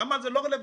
שם זה לא רלבנטי.